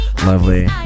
Lovely